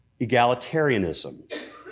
egalitarianism